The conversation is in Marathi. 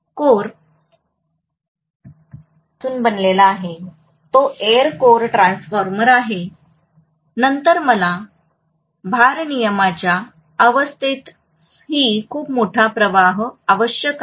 त्यामुळे कोर कोरपासून बनलेला आहे तो एअर कोअर ट्रान्सफॉर्मर आहे नंतर मला भारनियमनाच्या अवस्थेतही खूप मोठा प्रवाह आवश्यक आहे